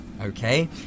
Okay